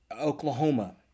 Oklahoma